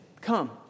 come